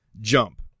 jump